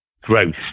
growth